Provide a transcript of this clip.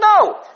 No